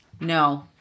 No